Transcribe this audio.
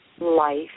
life